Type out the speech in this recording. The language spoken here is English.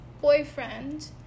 boyfriend